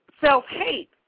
self-hate